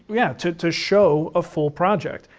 yeah, to to show a full project.